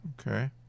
Okay